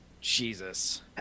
Jesus